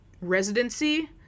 residency